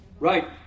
Right